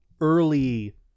early